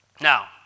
Now